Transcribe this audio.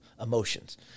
emotions